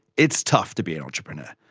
it's tough to be an entrepreneur,